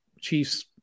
Chiefs